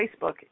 Facebook